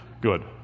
good